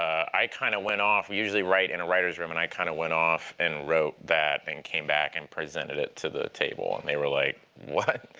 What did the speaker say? i kind of went off we usually write in a writers' room, and i kind of went off and wrote that and came back and presented it to the table, and they were like, what?